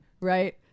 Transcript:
Right